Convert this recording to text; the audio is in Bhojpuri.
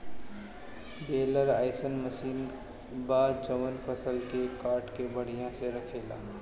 बेलर अइसन मशीन बा जवन फसल के काट के बढ़िया से रखेले